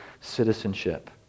citizenship